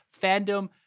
fandom